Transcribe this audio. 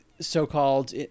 so-called